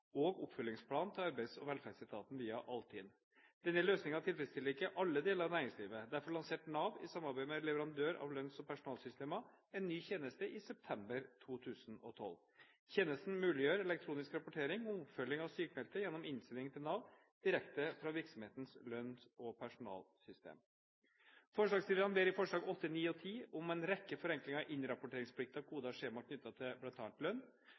og oppfølgingsplanen til Arbeids- og velferdsetaten via Altinn. Denne løsningen tilfredsstilte ikke alle deler av næringslivet. Derfor lanserte Nav, i samarbeid med leverandører av lønns- og personalsystemer, en ny tjeneste i september 2012. Tjenesten muliggjør elektronisk rapportering om oppfølging av sykmeldte gjennom innsending til Nav direkte fra virksomhetens lønns- og personalsystem. Forslagsstillerne ber i forslagene 8, 9 og 10 om en rekke forenklinger i innrapporteringsplikter, koder og skjemaer knyttet til bl.a. lønn.